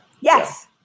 Yes